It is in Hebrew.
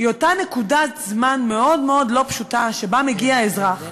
היא אותה נקודת זמן מאוד מאוד לא פשוטה שבה מגיע האזרח,